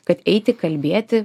kad eiti kalbėti